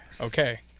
okay